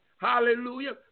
hallelujah